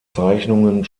zeichnungen